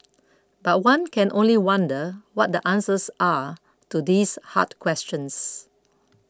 but one can only wonder what the answers are to these hard questions